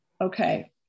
Okay